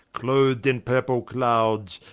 clothed in purple clouds,